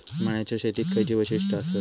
मळ्याच्या शेतीची खयची वैशिष्ठ आसत?